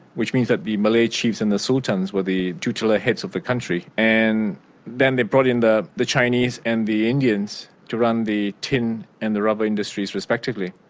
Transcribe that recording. which means that the malay chiefs and the sultans were the tutelar heads of the country, and then they brought in the the chinese and the indians to run the tin and the rubber industries respectively.